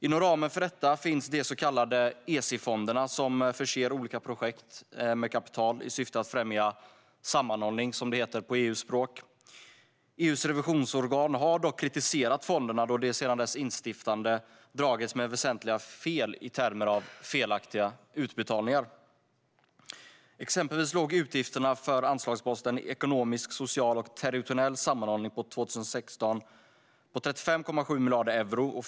Inom ramen för detta finns de så kallade ESI-fonderna, som förser olika projekt med kapital i syfte att främja sammanhållning, som det heter på EU-språk. EU:s revisionsorgan har dock kritiserat fonderna, då de sedan deras instiftande dragits med väsentliga fel i termer av felaktiga utbetalningar. Exempelvis låg utgifterna för anslagsposten för ekonomisk, social och territoriell sammanhållning 2016 på 35,7 miljarder euro.